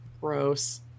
Gross